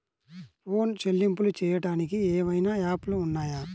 Phone చెల్లింపులు చెయ్యటానికి ఏవైనా యాప్లు ఉన్నాయా?